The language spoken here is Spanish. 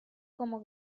como